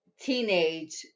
teenage